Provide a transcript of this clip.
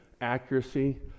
accuracy